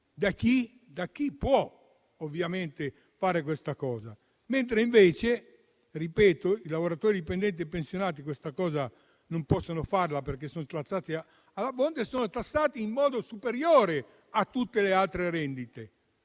di chi può ovviamente farlo. Ripeto invece che i lavoratori dipendenti e i pensionati questa cosa non possono farla, perché sono tassati alla fonte e lo sono in modo superiore a tutte le altre rendite,